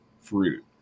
fruit